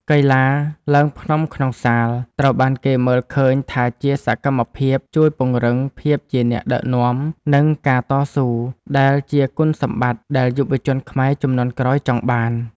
កីឡាឡើងភ្នំក្នុងសាលត្រូវបានគេមើលឃើញថាជាសកម្មភាពជួយពង្រឹងភាពជាអ្នកដឹកនាំ និងការតស៊ូ ដែលជាគុណសម្បត្តិដែលយុវជនខ្មែរជំនាន់ក្រោយចង់បាន។